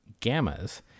gammas